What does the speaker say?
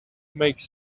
makes